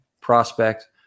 prospect